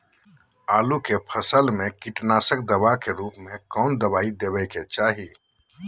आलू के फसल में कीटनाशक दवा के रूप में कौन दवाई देवे के चाहि?